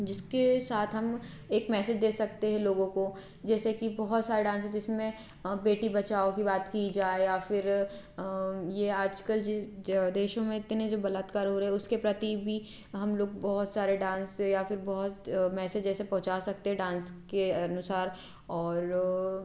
जिसके साथ हम एक मैसेज दे सकते हैं लोगों को जैसे कि बहुत सारा डांस है जिसमें बेटी बचाओ की बात की जाए या फिर ये आजकल जि ज देशों में इतने जे बलात्कार हो रहे हैं उसके प्रति भी हम लोग बहुत सारे डांस से या फिर बहुत मैसेज ऐसे पहुँचा सकते हैं डांस के अनुसार और